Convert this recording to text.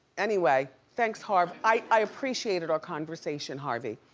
anyway, thanks harv. i appreciated our conversation, harvey.